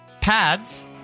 Pads